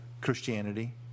Christianity